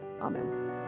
Amen